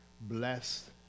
bless